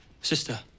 sister